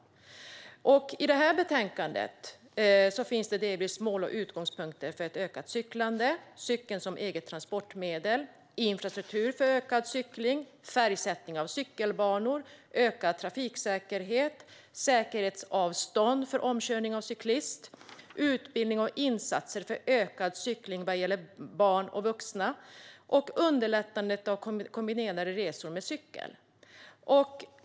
I detta betänkande finns det förslag om mål och utgångspunkter för ett ökat cyklande, cykeln som eget transportmedel, infrastruktur för ökad cykling, färgsättning av cykelbanor, ökad trafiksäkerhet, säkerhetsavstånd för omkörning av cyklist, utbildning och insatser för ökad cykling vad gäller barn och vuxna och underlättandet av kombinerade resor med cykel.